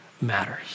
matters